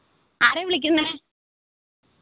ആരാണ് വിളിക്കുന്നത്